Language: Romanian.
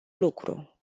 lucru